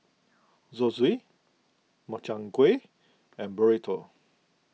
Zosui Makchang Gui and Burrito